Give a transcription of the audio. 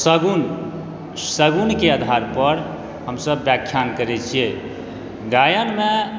सगुण सगुणके आधारपर हमसब व्याख्यान करै छिए गायनमे